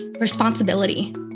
responsibility